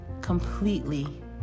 completely